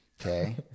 Okay